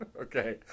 okay